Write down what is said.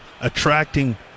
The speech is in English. attracting